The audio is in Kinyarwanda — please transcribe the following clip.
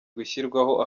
gushyirwaho